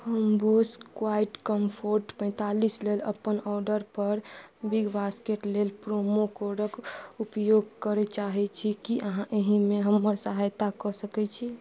हम Bose quiet comfort पैँतालिस लेल अपन ऑडरपर बिग बासकेट लेल प्रोमो कोडके उपयोग करै चाहै छी कि अहाँ एहिमे हमर सहायता कऽ सकै छी